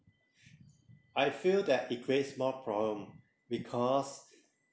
I feel that it creates more problem because